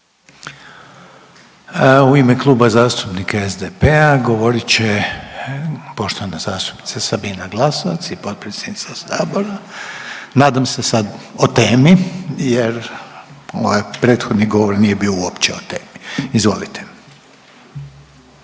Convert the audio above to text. U ime Kluba zastupnika SDP-a govorit će poštovana zastupnica Sabina Glasovac i potpredsjednica Sabora, nadam se sad o temi jer ovaj prethodni govor nije bio uopće o temi. Izvolite.